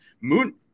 Moon